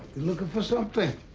looking for something?